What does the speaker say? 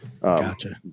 Gotcha